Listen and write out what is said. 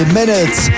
minutes